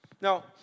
Now